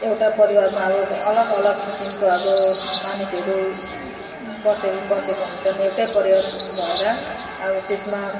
एउटा परिवारमा अब अलग अलग किसिमको अब मानिसहरू बसेको बसेका हुन्छन् एउटै परिवार भएर अब त्यसमा